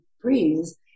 freeze